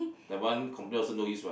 that one complain also no use what